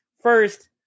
First